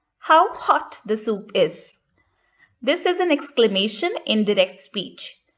how hot the soup is this is an exclamation in direct speech,